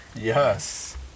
Yes